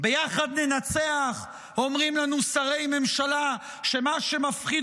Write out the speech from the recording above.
ביחד ננצח אומרים לנו שרי ממשלה שמה שמפחיד